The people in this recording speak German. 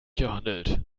gehandelt